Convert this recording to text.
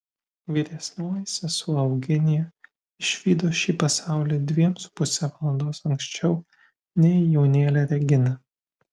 vyresnioji sesuo eugenija išvydo šį pasaulį dviem su puse valandos anksčiau nei jaunėlė regina